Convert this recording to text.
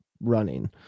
running